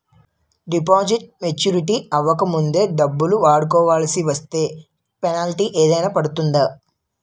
Deposit maturity అవ్వక ముందే డబ్బులు వాడుకొవాల్సి వస్తే పెనాల్టీ ఏదైనా పడుతుందా?